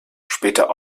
später